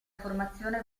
formazione